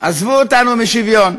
עזבו אותנו משוויון,